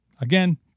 Again